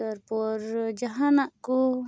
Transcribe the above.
ᱛᱟᱨᱯᱚᱨ ᱡᱟᱦᱟᱱᱟᱜ ᱠᱚ